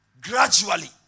gradually